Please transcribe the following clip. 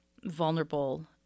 vulnerable